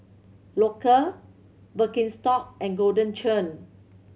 Loacker Birkenstock and Golden Churn